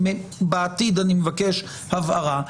בעתיד אני מבקש הבהרה.